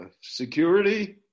security